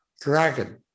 dragon